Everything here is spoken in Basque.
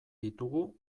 ditugu